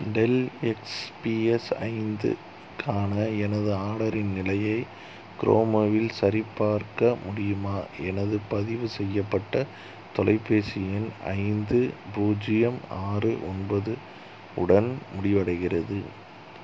del XPS ஐந்துக்கான எனது ஆர்டரின் நிலையை குரோமாவில் சரிபார்க்க முடியுமா எனது பதிவு செய்யப்பட்ட தொலைபேசி எண் ஐந்து பூஜ்ஜியம் ஆறு ஒன்பது உடன் முடிவடைகிறது